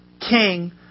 King